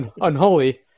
unholy